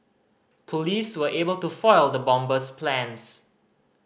police were able to foil the bomber's plans